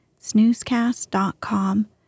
snoozecast.com